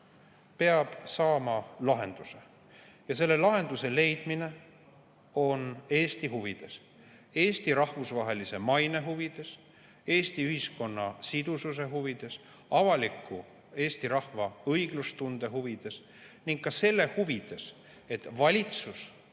peab saama lahenduse ja selle lahenduse leidmine on Eesti huvides, Eesti rahvusvahelise maine huvides, Eesti ühiskonna sidususe huvides, Eesti rahva avaliku õiglustunde huvides ning ka selle huvides, et valitsus